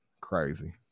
crazy